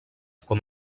com